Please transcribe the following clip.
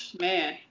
Man